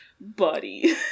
buddy